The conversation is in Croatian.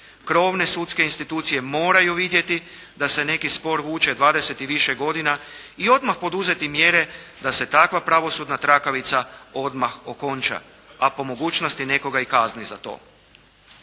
Krovne sudske institucije moraju vidjeti da se neki spor vuče 20 i više godina i odmah poduzeti mjere da se takva pravosudna trakavica odmah okonča, a po mogućnosti nekoga i kazni za to.